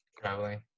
Traveling